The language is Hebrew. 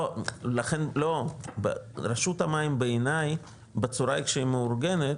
לא, ברשות המים, בעיניי, בצורה איך שהיא מאורגנת,